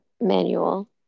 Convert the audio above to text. manual